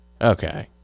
Okay